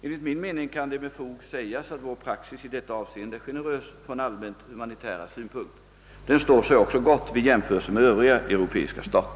Enligt min mening kan det med fog sägas att vår praxis i detta avseende är generös från allmänt humanitära synpunkter. Den står sig också gott vid jämförelse med övriga europeiska stater.